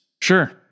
sure